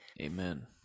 Amen